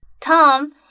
Tom